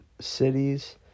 cities